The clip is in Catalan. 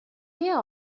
que